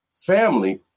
family